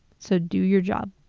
so do your job.